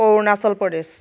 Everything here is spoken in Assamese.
অৰুণাচল প্ৰদেশ